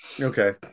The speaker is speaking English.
Okay